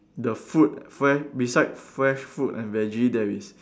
the food fre~ beside fresh food and veggie there is